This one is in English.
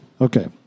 Okay